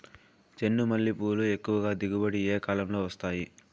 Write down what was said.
చెండుమల్లి పూలు ఎక్కువగా దిగుబడి ఏ కాలంలో వస్తాయి